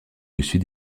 dessus